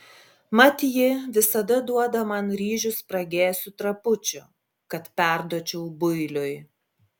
mat ji visada duoda man ryžių spragėsių trapučių kad perduočiau builiui